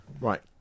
Right